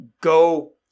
go